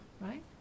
right